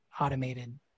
automated